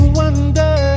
wonder